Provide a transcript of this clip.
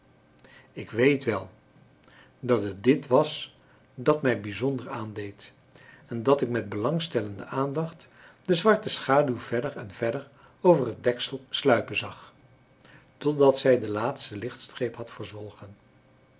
ik weet wel dat het dit was dat mij bijzonder aandeed en dat ik met belangstellende aandacht de zwarte schaduw verder en verder over het deksel sluipen zag totdat zij de laatste lichtstreep had